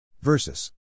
versus